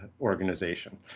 organization